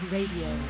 Radio